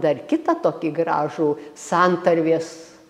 dar kitą tokį gražų santarvės